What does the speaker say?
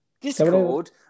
Discord